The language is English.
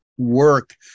work